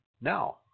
Now